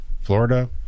Florida